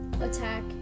attack